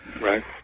Right